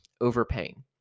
overpaying